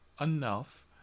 enough